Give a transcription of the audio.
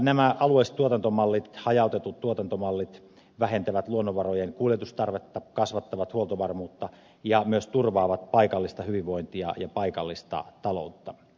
nämä alueelliset tuotantomallit hajautetut tuotantomallit vähentävät luonnonvarojen kuljetustarvetta kasvattavat huoltovarmuutta ja myös turvaavat paikallista hyvinvointia ja paikallista taloutta